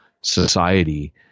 society